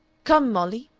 come, molly,